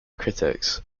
critics